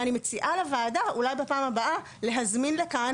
ואני מציעה לוועדה אולי בפעם הבאה להזמין לכאן